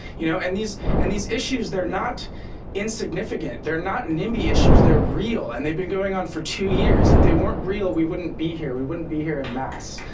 you know and these and these issues they're not insignificant, they're not nimby issues, they're real, and they've been going on for two years. if they weren't real we wouldn't be here, we wouldn't be here en and masse.